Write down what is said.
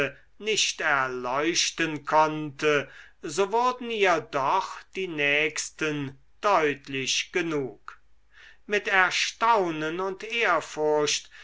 nicht erleuchten konnte so wurden ihr doch die nächsten deutlich genug mit erstaunen und ehrfurcht